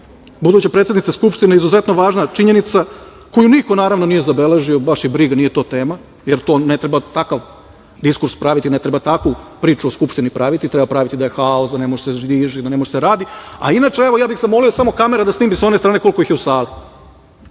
buduće predsednice Skupštine izuzetno važna činjenica koju niko naravno nije zabeležio, baš ih briga, nije to tema, jer ne treba takav diskurs praviti, ne treba takvu priču o Skupštini praviti. Treba praviti da je haos, da ne može da se živi, da ne može da se radi. Inače bih zamolio samo kamera da snimi sa one strane koliko ih je u sali,